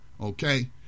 okay